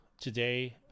Today